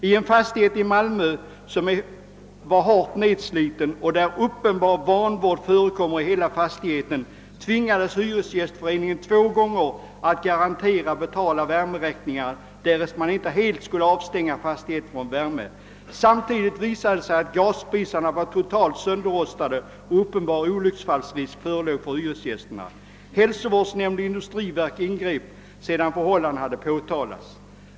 I en fastighet i Malmö som var hårt nedsliten och där uppenbar vanvård har förekommit i hela fastigheten tvingades hyresgästföreningen två gånger att garantera att betala värmeräkningar, om inte hela fastigheten skulle avstängas från värme. Samtidigt visade det sig att gasspisarna var totalt sönderrostade, så att uppenbar olycksfallsrisk förelåg för hyresgästerna. Hälsovårdsnämnd och industriverk ingrep sedan förhållandena hade påtalats.